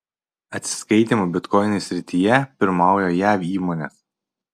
atsiskaitymų bitkoinais srityje pirmauja jav įmonės